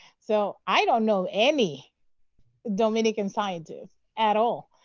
so i don't know any dominican scientists at all.